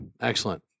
Excellent